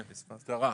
כן, קצרה.